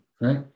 right